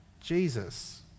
Jesus